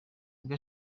bwe